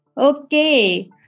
Okay